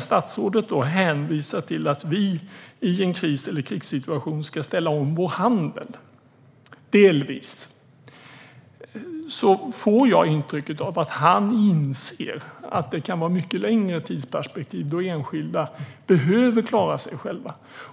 Statsrådet hänvisar till att vi i en kris eller en krigssituation delvis ska ställa om vår handel. Jag får dock intrycket att han inser att det kan vara ett mycket längre tidsperspektiv då enskilda behöver klara sig själva.